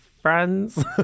friends